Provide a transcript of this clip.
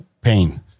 pain